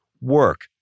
work